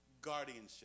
guardianship